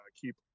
keep